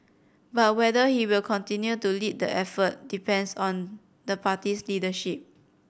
but whether he will continue to lead the effort depends on the party's leadership